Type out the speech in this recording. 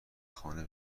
خانه